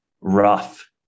rough